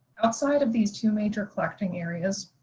outside of these two major collecting areas,